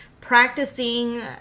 practicing